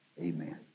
Amen